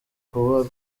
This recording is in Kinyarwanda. kuba